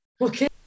Okay